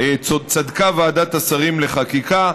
צדקה ועדת השרים לחקיקה.